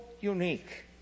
unique